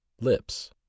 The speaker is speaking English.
Lips